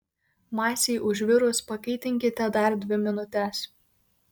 masei užvirus pakaitinkite dar dvi minutes